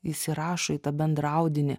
įsirašo į tą bendrą audinį